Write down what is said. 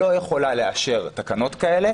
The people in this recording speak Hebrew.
לא יכולה לאשר תקנות כאלה,